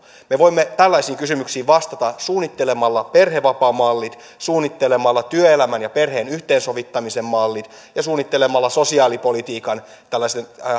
me voimme tällaisiin kysymyksiin vastata suunnittelemalla perhevapaamallit suunnittelemalla työelämän ja perheen yhteensovittamisen mallit ja suunnittelemalla sosiaalipolitiikan tällaisten